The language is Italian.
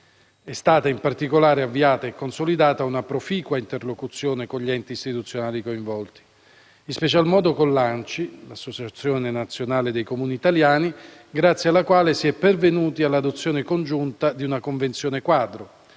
È stata, in particolare, avviata e consolidata una proficua interlocuzione con gli enti istituzionali coinvolti, in special modo con l'ANCI, l'Associazione nazionale dei Comuni italiani, grazie alla quale si è pervenuti all'adozione congiunta di una convenzione quadro,